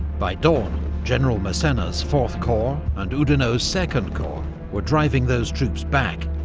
by dawn general massena's fourth corps and oudinot's second corps were driving those troops back,